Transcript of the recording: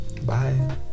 bye